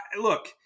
look